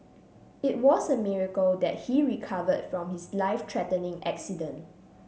it was a miracle that he recovered from his life threatening accident